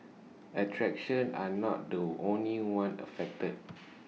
attractions are not the only ones affected